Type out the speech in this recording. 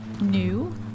new